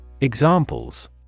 Examples